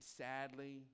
sadly